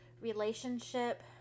relationship